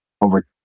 over